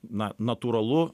na natūralu